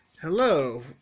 Hello